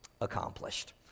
accomplished